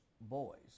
boys